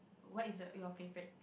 what is the your favorite